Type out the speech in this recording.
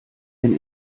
wenn